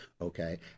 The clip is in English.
okay